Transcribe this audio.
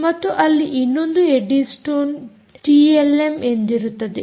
ಮತ್ತು ಅಲ್ಲಿ ಇನ್ನೊಂದು ಎಡ್ಡಿ ಸ್ಟೋನ್ ಟಿಎಲ್ಎಮ್ ಎಂದಿರುತ್ತದೆ